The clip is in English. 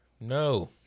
No